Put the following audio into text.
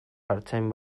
artzain